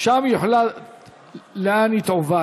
אפשר להוסיף אותי?